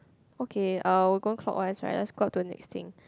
okay I'll go clockwise right let's go out the next thing